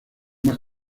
más